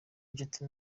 inshuti